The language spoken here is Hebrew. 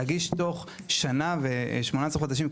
להגיש תוך שנה ו-18 חודשים,